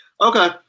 Okay